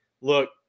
look